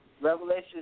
Revelation